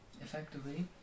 effectively